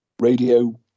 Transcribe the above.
radio